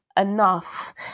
enough